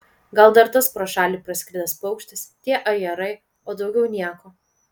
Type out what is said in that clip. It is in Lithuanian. gal dar tas pro šalį praskridęs paukštis tie ajerai o daugiau nieko